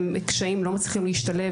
החינוך והם לא מצליחים להשתלב.